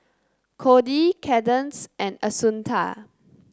Kody Cadence and Assunta